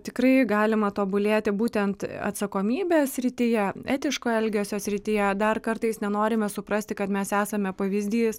tikrai galima tobulėti būtent atsakomybės srityje etiško elgesio srityje dar kartais nenorime suprasti kad mes esame pavyzdys